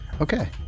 okay